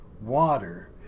water